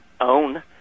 own